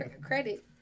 credit